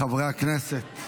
חברי הכנסת,